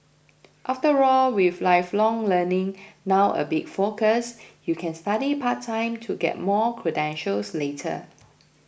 after all with lifelong learning now a big focus you can study part time to get more credentials later